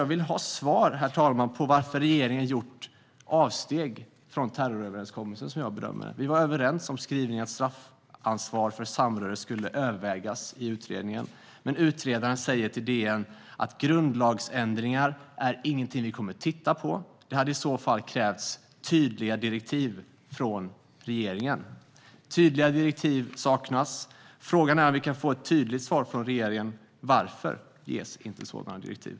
Jag vill ha svar på varför regeringen gjort avsteg från terroröverenskommelsen, som jag bedömer det. Vi var överens om skrivningen om att straffansvar för samröre skulle övervägas i utredningen, men utredaren säger till DN: "Grundlagsändringar är ingenting vi kommer titta på. Det hade i så fall krävts tydliga direktiv från regeringen." Tydliga direktiv saknas. Frågan är om vi kan få ett tydligt svar från regeringen: Varför ges inte sådana direktiv?